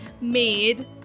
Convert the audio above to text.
made